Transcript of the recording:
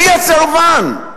מי הסרבן?